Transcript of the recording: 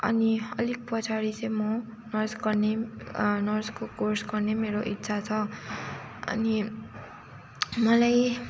अनि अलिक पछाडि चाहिँ म नर्स गर्ने नर्सको कोर्स गर्ने मेरो इच्छा छ अनि मलाई